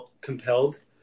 compelled